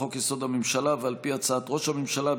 לחוק-יסוד: הממשלה ועל פי הצעת ראש הממשלה,